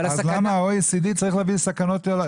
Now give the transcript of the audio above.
אבל הסכנה --- אז למה ה-OECD צריך להביא סכנות לעולם?